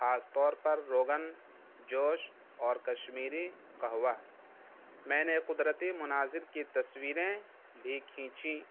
خاص طور پر روگن جوش اور کشمیری قوا میں نے قدرتی مناظر کی تصویریں بھی کھینچی